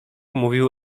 mówił